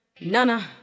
Nana